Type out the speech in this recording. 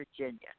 Virginia